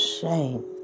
shame